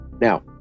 Now